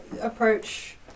approach